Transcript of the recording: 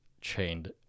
chained